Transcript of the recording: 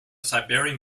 siberian